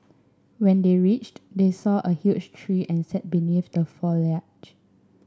when they reached they saw a huge tree and sat beneath the foliage